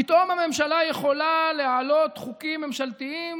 פתאום הממשלה יכולה להעלות חוקים ממשלתיים